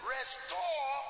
Restore